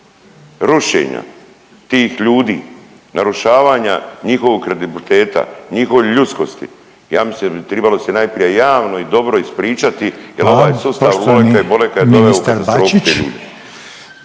rušenja tih ljudi, narušavanja njihovog kredibiliteta, njihove ljudskosti ja mislim da bi tribalo se najprije javno i dobro ispričati jer ovaj sustav Loleka i Boleka … …/Upadica